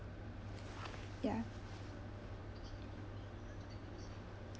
ya